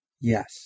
Yes